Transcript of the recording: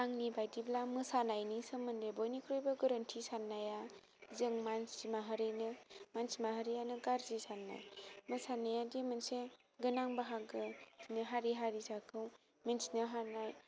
आंनि बायदिब्ला मोसानायनि सोमोन्दै बयनिख्रुइबो गोरोन्थि साननाया जों मानसि माहारियानो गाज्रि साननाय मोसानायादि मोनसे गोनां बाहागो बिदिनो हारि हारिसाखौ मिन्थिनो हानाय